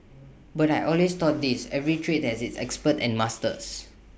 but I always thought this every trade has its experts and masters